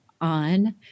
on